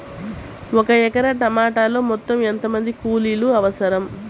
ఒక ఎకరా టమాటలో మొత్తం ఎంత మంది కూలీలు అవసరం?